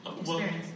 experience